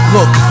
Look